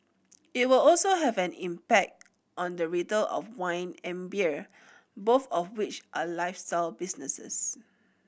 it will also have an impact on the of wine and beer both of which are lifestyle businesses